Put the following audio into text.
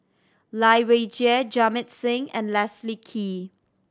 Lai Weijie Jamit Singh and Leslie Kee